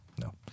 No